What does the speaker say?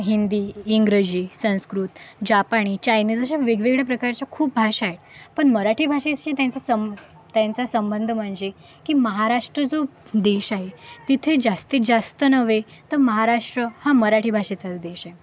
हिंदी इंग्रजी संस्कृत जापानी चायनिज अशा वेगवेगळ्या प्रकारच्या खूप भाषा आहे पण मराठी भाषेशी त्यांचा संब त्यांचा संबंध म्हणजे की महाराष्ट्र जो देश आहे तिथे जास्तीत जास्त नव्हे तर महाराष्ट्र हा मराठी भाषेचाच देश आहे